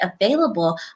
available